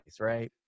right